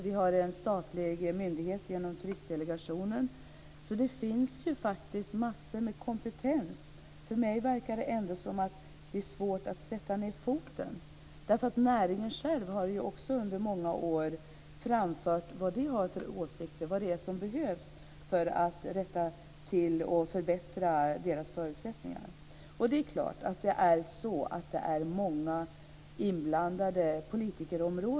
Vi har en statlig myndighet genom Turistdelegationen. Det finns faktiskt massor av kompetens. För mig verkar det som att det är svårt att sätta ned foten. Näringen självt har också under många år framfört vad man har för åsikter och vad det är som behövs för att vi ska kunna rätta till fel och förbättra dess förutsättningar. Det är klart att många politikområden är inblandade.